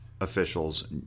officials